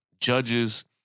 judges